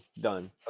Done